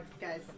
guys